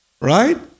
right